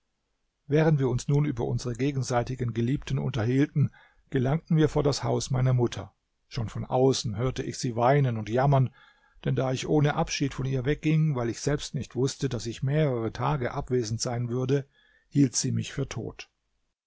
während wir uns nun über unsere gegenseitigen geliebten unterhielten gelangten wir vor das haus meiner mutter schon von außen hörte ich sie weinen und jammern denn da ich ohne abschied von ihr wegging weil ich selbst nicht wußte daß ich mehrere tage abwesend sein würde hielt sie mich für tot